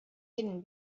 hidden